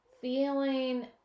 feeling